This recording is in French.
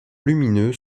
lumineux